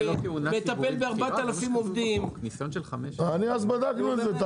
מטפל ב-4000 עובדים --- אז בדקנו את זה,